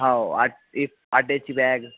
आहे attache bag